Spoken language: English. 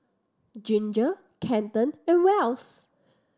Ginger Kenton and Wells